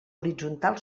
horitzontal